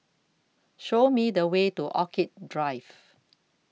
Show Me The Way to Orchid Drive